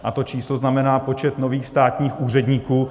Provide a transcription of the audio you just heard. A to číslo znamená počet nových státních úředníků.